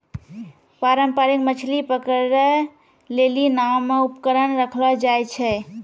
पारंपरिक मछली पकड़ै लेली नांव मे उपकरण रखलो जाय छै